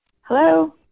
Hello